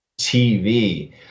TV